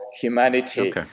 humanity